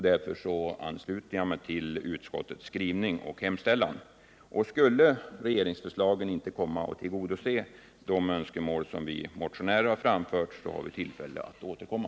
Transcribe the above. Därför ansluter jag mig till utskottets skrivning och hemställan. Skulle regeringsförslagen inte komma att tillgodose de önskemål som vi motionärer framfört så får vi anledning att återkomma.